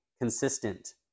consistent